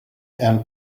and